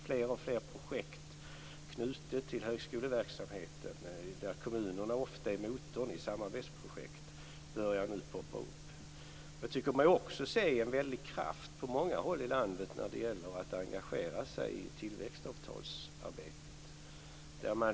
Fler och fler samarbetsprojekt knutna till högskoleverksamheten där kommunerna är motorn börjar nu att poppa upp. Jag tycker mig också se en väldig kraft på många håll i landet när det gäller att engagera sig i arbetet med tillväxtavtalen.